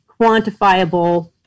quantifiable